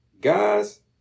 Guys